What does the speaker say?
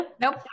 Nope